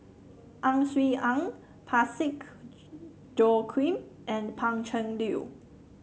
Ang Swee Aun Parsick Joaquim and Pan Cheng Lui